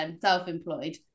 self-employed